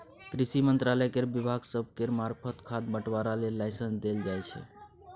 कृषि मंत्रालय केर विभाग सब केर मार्फत खाद बंटवारा लेल लाइसेंस देल जाइ छै